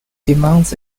demands